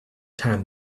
time